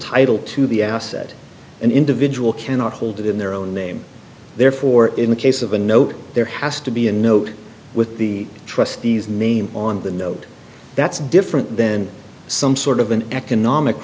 title to the asset an individual cannot hold it in their own name therefore in the case of a note there has to be a note with the trustees name on the note that's different then some sort of an economic